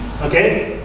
Okay